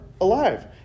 alive